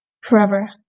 Forever